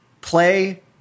play